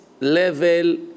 level